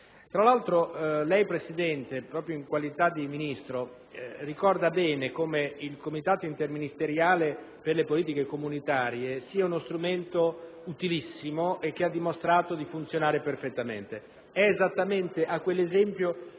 Tra l'altro lei, signora Presidente, proprio in qualità di Ministro, ricorda bene come il Comitato interministeriale per le politiche comunitarie sia strumento utilissimo, che ha dimostrato di funzionare perfettamente: esattamente a quell'esempio